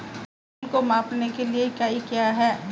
वजन को मापने के लिए इकाई क्या है?